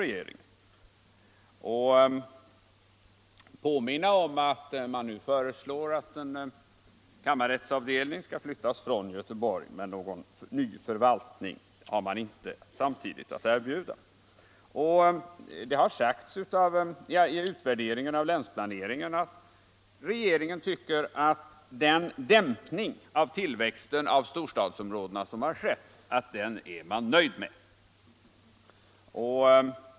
Jag kan påminna om att man nu föreslår att en kammarrättsavdelning skall flyttas från Göteborg — men någon ny förvaltning har man inte samtidigt att erbjuda. Det har sagts i utvärderingen av länsplaneringarna att regeringen är nöjd med den dämpning av tillväxten av storstadsområdena som skett.